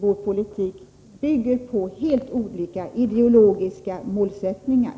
Vår politik bygger på helt olika ideologiska målsättningar.